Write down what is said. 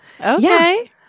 Okay